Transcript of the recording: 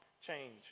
change